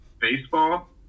baseball